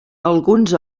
alguns